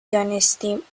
دانستیم